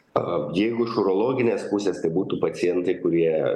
a jeigu iš urologinės pusės tai būtų pacientai kurie